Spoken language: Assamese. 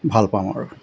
ভালপাওঁ আৰু